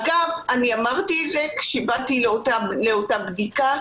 אגב, אני אמרתי את זה כשבאתי לאותה בדיקה.